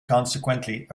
consequently